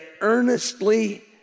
earnestly